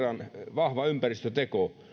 vahva ympäristöteko